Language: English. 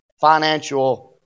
financial